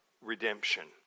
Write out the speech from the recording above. redemption